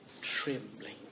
trembling